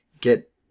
get